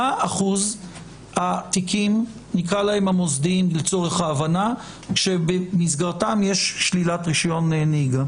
מה אחוז התיקים המוסדיים שבמסגרתם יש שלילת רישיון נהיגה?